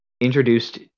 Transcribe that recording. introduced